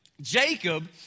Jacob